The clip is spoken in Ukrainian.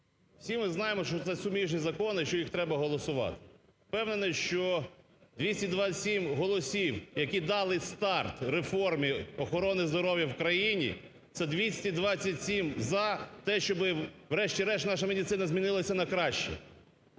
всі ми знаємо, що це суміжні закони, що їх треба голосувати. Впевнений, що 227 голосів, які дали старт реформі охорони здоров'я в країні, це 227 за те, щоби врешті-решт наша медицина змінилася на краще.